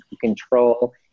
control